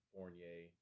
Fournier